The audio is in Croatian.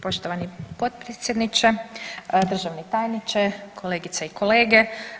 Poštovani potpredsjedniče, državni tajniče, kolegice i kolege.